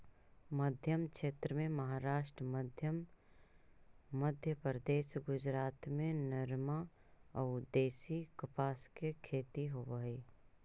मध्मक्षेत्र में महाराष्ट्र, मध्यप्रदेश, गुजरात में नरमा अउ देशी कपास के खेती होवऽ हई